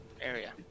area